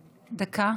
דקה.